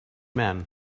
man